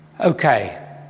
Okay